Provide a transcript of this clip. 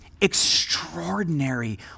extraordinary